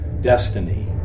destiny